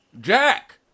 Jack